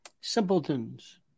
simpletons